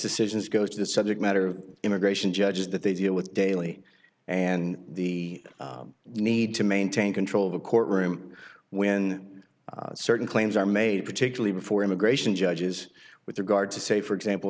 decisions go to the subject matter of immigration judges that they deal with daily and the need to maintain control of the courtroom when certain claims are made particularly before immigration judges with regard to say for example